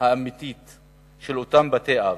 האמיתית של אותם בתי-אב,